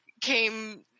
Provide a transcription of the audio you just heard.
came